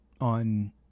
on